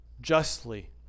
justly